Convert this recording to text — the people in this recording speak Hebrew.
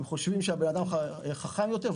הם חושבים שהאדם חכם יותר,